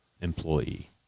employee